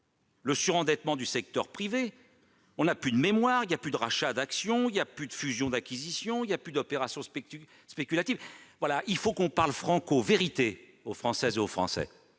du surendettement du secteur privé. N'avons-nous plus de mémoire ? Il n'y a plus de rachat d'actions, plus de fusions-acquisitions, plus d'opérations spéculatives ? Il faut qu'on parle franco aux Françaises et aux Français,